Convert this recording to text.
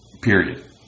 Period